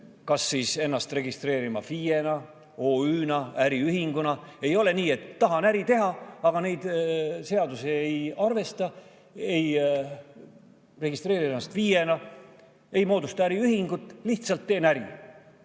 kas siis ennast registreerima FIE-na, OÜ-na või äriühinguna. Ei ole nii, et tahan äri teha, aga seadusi ei arvesta, ei registreeri ennast FIE-na või ei moodusta äriühingut, vaid lihtsalt teen äri